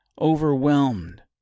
overwhelmed